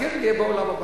הקרן תהיה בעולם הבא.